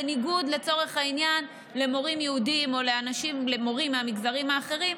בניגוד לצורך העניין למורים יהודיים או למורים מהמגזרים האחרים,